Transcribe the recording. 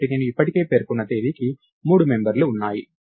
కాబట్టి నేను ఇప్పటికే పేర్కొన్న తేదీకి 3 మెంబర్లు ఉన్నాయి